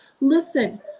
listen